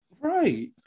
Right